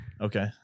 Okay